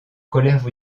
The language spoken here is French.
colère